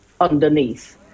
underneath